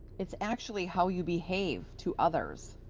it's actually how you behave to others.